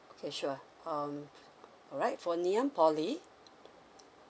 sure um right for niam poly